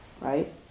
Right